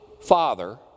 father